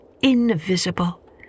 invisible